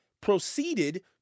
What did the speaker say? proceeded